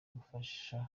gufasha